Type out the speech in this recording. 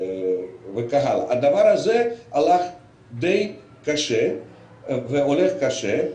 הדבר הזה הלך די קשה והולך קשה,